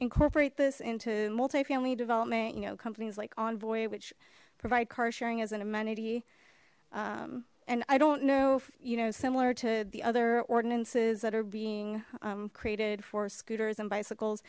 incorporate this into multifamily development you know companies like envoy which provide car sharing as an amenity and i don't know you know similar to the other ordinances that are being created for scooters and bicycles